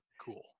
cool